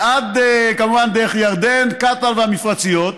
כמובן דרך ירדן, ועד קטאר והמפרציות,